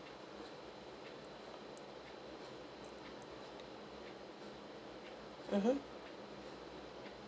mmhmm